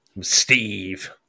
Steve